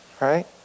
right